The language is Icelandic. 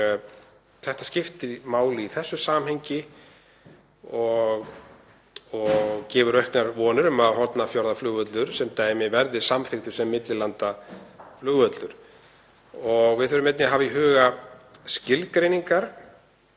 Þetta skiptir máli í þessu samhengi og gefur auknar vonir um að Hornafjarðarflugvöllur sem dæmi verði samþykktur sem millilandaflugvöllur. Við þurfum einnig að hafa í huga skilgreiningar